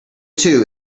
two